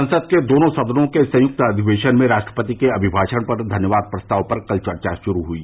संसद के दोनो सदनों के संयुक्त अधिवेशन में राष्ट्रपति के अभिभाषण धन्यवाद प्रस्ताव पर कल चर्चा शुरू हुई